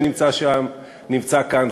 שנמצא כאן,